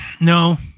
No